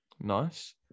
Nice